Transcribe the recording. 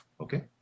okay